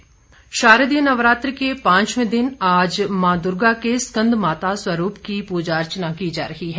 नवरात्र शारदीय नवरात्र के पांचवें दिन आज मां दुर्गा के स्कन्दमाता स्वरूप की प्रजा अर्चना की जा रही है